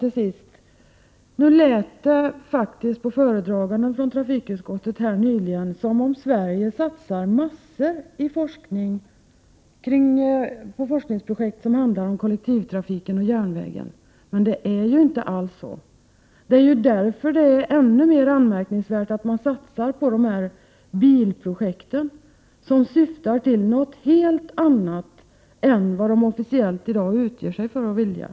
Det lät på utskottets talesman som om Sverige satsar massor av pengar på forskningsprojekt som handlar om kollektivtrafiken och järnvägen. Men det är ju inte alls så. Det är därför ännu mer anmärkningsvärt att man satsar på dessa bilprojekt, som syftar till något helt annat än vad man i dag officiellt utger sig för att vilja.